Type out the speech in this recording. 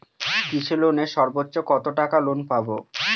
কৃষি লোনে সর্বোচ্চ কত টাকা লোন পাবো?